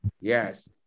Yes